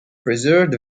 preserved